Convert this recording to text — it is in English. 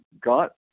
got